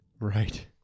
Right